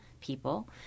people